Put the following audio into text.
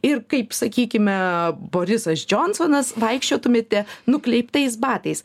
ir kaip sakykime borisas džonsonas vaikščiotumėte nukleiptais batais